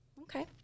Okay